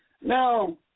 Now